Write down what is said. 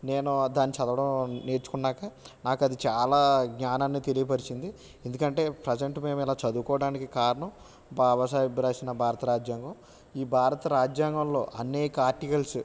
నేను దాన్ని చదవడం నేర్చుకున్నాక నాకు అది చాలా జ్ఞానాన్ని తెలియపరిచింది ఎందుకు అంటే ప్రజెంట్ మేము ఇలా చదువుకోవడానికి కారణం బాబాసాహెబ్ రాసిన భారత రాజ్యాంగం ఈ భారత రాజ్యాంగంలో అనేక ఆర్టికల్స్